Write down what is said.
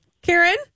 Karen